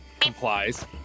complies